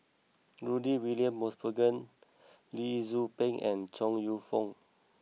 Rudy William Mosbergen Lee Tzu Pheng and Chong you Fook